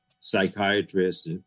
psychiatrists